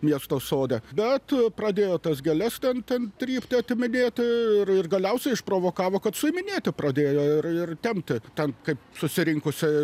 miesto sode bet pradėjo tas gėles ten ten trypti atiminėti ir ir galiausiai išprovokavo kad suiminėti pradėjo ir ir tempti ten kaip susirinkusieji